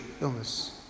illness